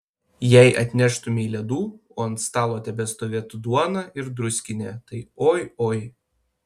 jei atneštumei ledų o ant stalo tebestovėtų duona ir druskinė tai oi oi